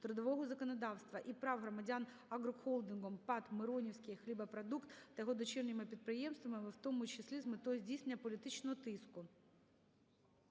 трудового законодавства і прав громадян агрохолдингом ПАТ "Миронівський хлібопродукт" та його дочірніми підприємствами, у тому числі з метою здійснення політичного тиску.